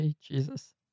Jesus